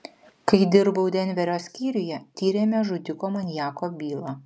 kai dirbau denverio skyriuje tyrėme žudiko maniako bylą